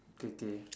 can can